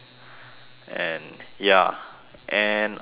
and ya and um